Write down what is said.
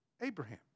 Abraham